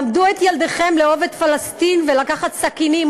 "למדו את ילדיכם לאהוב את פלסטין ולקחת סכינים,